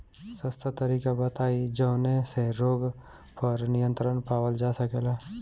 सस्ता तरीका बताई जवने से रोग पर नियंत्रण पावल जा सकेला?